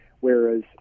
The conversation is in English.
Whereas